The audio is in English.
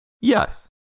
Yes